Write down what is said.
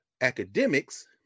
academics